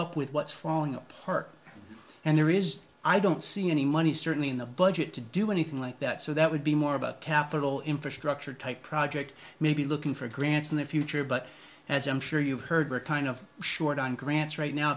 up with what's falling apart and there is i don't see any money certainly in the budget to do anything like that so that would be more about capital infrastructure type project maybe looking for grants in the future but as i'm sure you've heard we're kind of short on grants right now